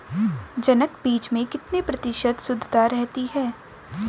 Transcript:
जनक बीज में कितने प्रतिशत शुद्धता रहती है?